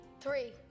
Three